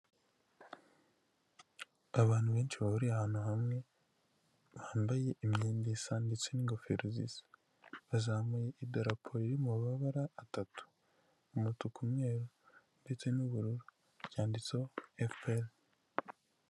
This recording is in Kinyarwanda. Abantu benshi bahuriye ahantu hamwe bambaye imyenda isa ndetse n'ingofero zisa bazamuye idarapo riri mu mabara atatu umutuku, umweru ndetse n'ubururu ryanditseho FPR.